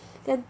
then